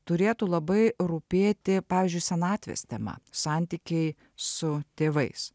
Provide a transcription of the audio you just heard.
turėtų labai rūpėti pavyzdžiui senatvės tema santykiai su tėvais